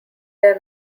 their